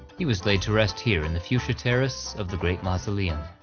he was laid to rest here in the fuchsia terrace of the great mausoleum.